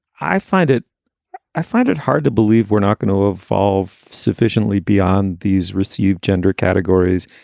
i find it i find it hard to believe we're not going to evolve sufficiently beyond these receive gender categories,